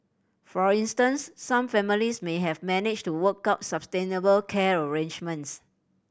for instance some families may have managed to work out sustainable care arrangements